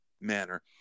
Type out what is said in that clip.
manner